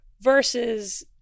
Versus